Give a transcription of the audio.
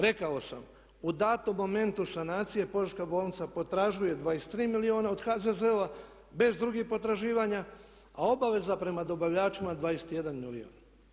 Rekao sam u danom momentu sanacije Požeška bolnica potražuje 23 milijuna od HZZO-a bez drugih potraživanja a obaveza prema dobavljačima 21 milijuna.